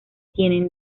tienen